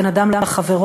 בין אדם לחברו,